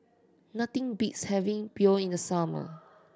nothing beats having Pho in the summer